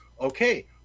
Okay